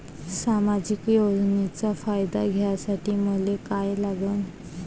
सामाजिक योजनेचा फायदा घ्यासाठी मले काय लागन?